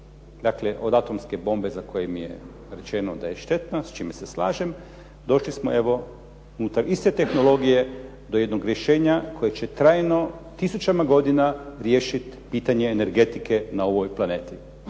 Dakle od atomske bombe za koju mi je rečeno da je štetna, s čime se slažem. Došli smo evo iz te tehnologije do jednog rješenja koje će trajno tisućama godinama riješiti pitanje energetike na ovoj planeti.